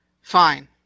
Fine